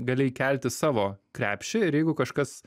gali įkelti savo krepšį ir jeigu kažkas